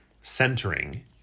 centering